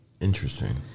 Interesting